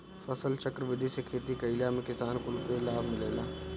फसलचक्र विधि से खेती कईला में किसान कुल के लाभ मिलेला